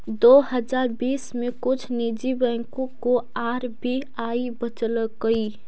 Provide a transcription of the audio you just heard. दो हजार बीस में कुछ निजी बैंकों को आर.बी.आई बचलकइ